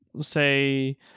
say